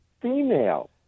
female